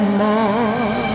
more